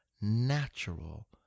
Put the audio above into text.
natural